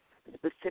specific